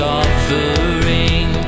offering